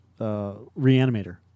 reanimator